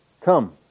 come